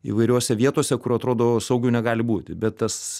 įvairiose vietose kur atrodo saugiau negali būti bet tas